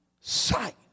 sight